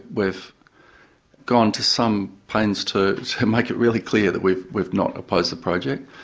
we've gone to some pains to make it really clear that we've we've not opposed the project.